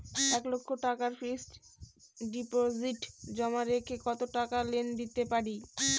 এক লক্ষ টাকার ফিক্সড ডিপোজিট জমা রেখে কত টাকা লোন পেতে পারি?